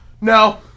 No